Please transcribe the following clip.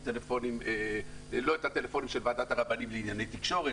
את הטלפונים של ועדת הרבנים לענייני תקשורת,